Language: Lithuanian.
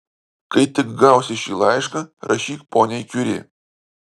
kai tik gausi šį laišką rašyk poniai kiuri